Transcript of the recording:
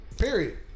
Period